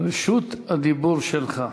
רשות הדיבור שלך.